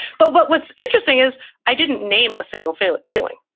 but what was interesting is i didn't name a single failure feeling,